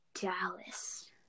Dallas